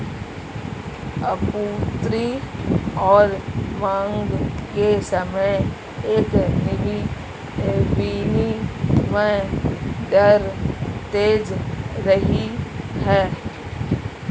आपूर्ति और मांग के समय एक विनिमय दर तैर रही है